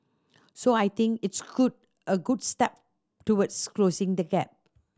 so I think it's good a good step towards closing the gap